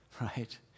right